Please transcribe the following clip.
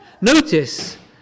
Notice